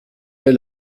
vas